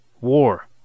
War